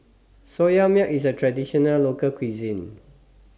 Soya Milk IS A Traditional Local Cuisine